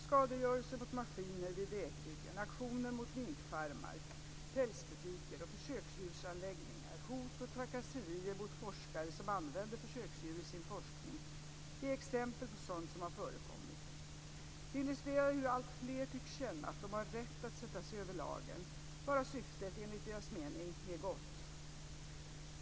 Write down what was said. Skadegörelse mot maskiner vid vägbyggen, aktioner mot minkfarmar, pälsbutiker och försöksdjursanläggningar, hot och trakasserier mot forskare som använder försöksdjur i sin forskning är exempel på sådant som har förekommit. De illustrerar hur allt fler tycks känna att de har rätt att sätta sig över lagen, bara syftet - enligt deras mening - är gott.